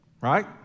Right